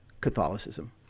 Catholicism